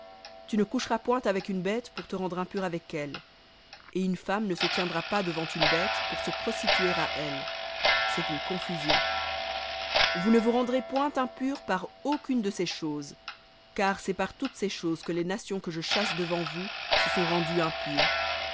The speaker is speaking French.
tu ne coucheras point avec une bête pour te rendre impur avec elle et une femme ne se tiendra pas devant une bête pour se prostituer à elle c'est une confusion vous ne vous rendrez point impurs par aucune de ces choses car c'est par toutes ces choses que les nations que je chasse devant vous se sont rendues impures